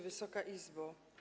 Wysoka Izbo!